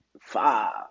Five